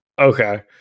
okay